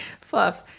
Fluff